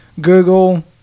Google